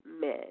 men